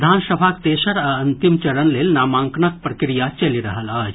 विधानसभाक तेसर आ अंतिम चरण लेल नामांकनक प्रक्रिया चलि रहल अछि